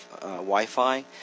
Wi-Fi